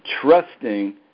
trusting